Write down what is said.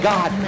God